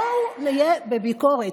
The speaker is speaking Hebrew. בואו נהיה בביקורת.